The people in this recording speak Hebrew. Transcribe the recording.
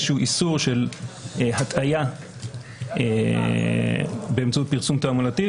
איסור של הטעיה באמצעות פרסום תעמולתי,